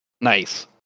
Nice